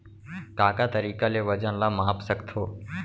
का का तरीक़ा ले वजन ला माप सकथो?